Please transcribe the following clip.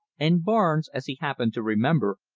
and barnes, as he happened to remember,